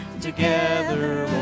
together